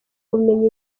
ubumenyi